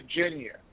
Virginia